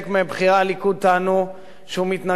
שהוא מתנגד לאופציה של תקיפה באירן,